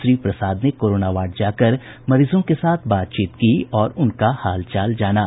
श्री प्रसाद ने corona ward जाकर मरीजों के साथ बातचीत की और उनका हालचाल जाना